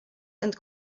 and